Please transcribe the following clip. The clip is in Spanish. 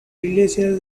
iglesia